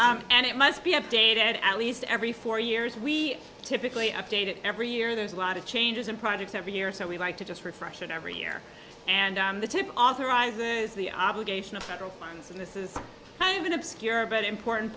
thinking and it must be updated at least every four years we typically update it every year there's a lot of changes in projects every year so we like to just refresh it every year and the tip authorizes the obligation of federal funds and this is an obscure but important